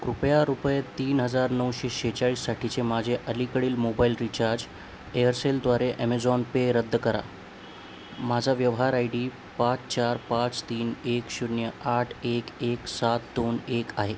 कृपया रुपये तीन हजार नऊशे शेचाळीससाठीचे माझे अलीकडील मोबाईल रिचार्ज एअरसेल द्वारे ॲमेझॉन पे रद्द करा माझा व्यवहार आयडी पाच चार पाच तीन एक शून्य आठ एक एक सात दोन एक आहे